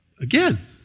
Again